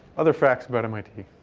other facts about mit?